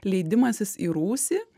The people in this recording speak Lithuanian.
leidimasis į rūsį